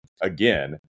again